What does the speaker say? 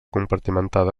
compartimentada